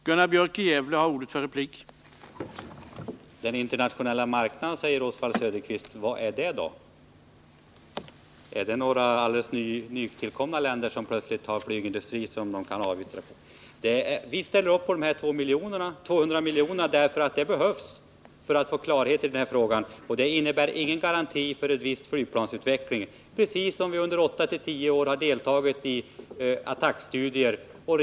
Herr talman! Vi kan köpa på den internationella marknaden. säger Oswald Söderqvist. Vilka länder är det? Är det fråga om några alldeles nytillkomna länder som plötsligt har flygindustri och produkter som de kan avyttra? Centern ställer upp på de 200 miljonerna därför att de behövs för att vi skall få klarhet i den här frågan. Det innebär inte att man binder sig för utvecklingen av någon viss flygplanstyp. Vi ställer upp precis på samma sätt som när vi under åtta till tio års tid har deltagit i beslut om studier av attackflygplan.